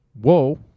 whoa